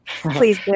Please